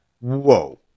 Whoa